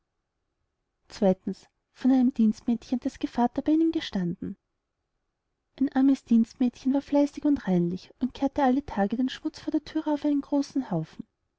von einem dienstmädchen das gevatter bei ihnen gestanden ein armes dienstmädchen war fleißig und reinlich und kehrte alle tage den schmutz vor die thüre auf einen großen haufen